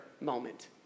moment